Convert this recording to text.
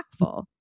impactful